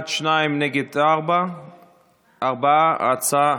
שלושה, נגד, ארבעה, ההצעה